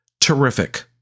terrific